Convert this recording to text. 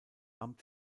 amt